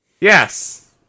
Yes